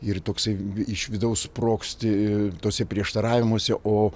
ir toksai iš vidaus sprogsti tose prieštaravimuose o